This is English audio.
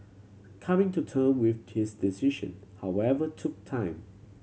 coming to term with his decision however took time